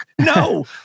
No